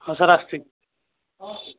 ହଁ ସାର୍ ଆସୁଛି